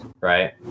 right